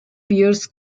pierce